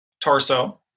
torso